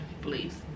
please